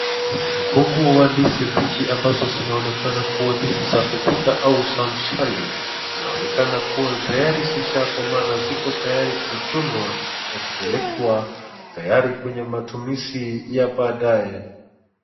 Mkungu wa ndizi mbichi ambazo zinaonekana kuwa ndizi za kupika au za mshale zinaonekana kuwa tayari zishakomaa na ziko tayari kuchunwa na kupelekwa tayari kwenye matumizi ya baadaye.